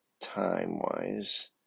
time-wise